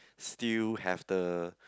still have the